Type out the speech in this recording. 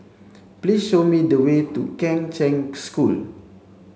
please show me the way to Kheng Cheng School